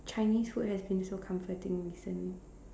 Chinese food has been so comforting recently